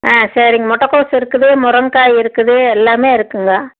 ஆ சரிங்க முட்டைகோஸ் இருக்குது முருங்கக்காய் இருக்குது எல்லாமே இருக்குங்க